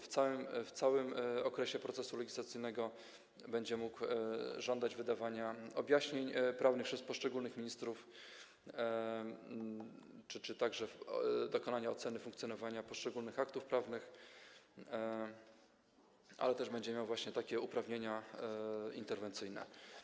W całym okresie trwania procesu legislacyjnego będzie mógł żądać wydawania objaśnień prawnych przez poszczególnych ministrów czy dokonywania oceny funkcjonowania poszczególnych aktów prawnych, ale też będzie miał właśnie takie uprawnienia interwencyjne.